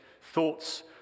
Thoughts